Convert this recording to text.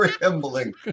rambling